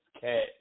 Cat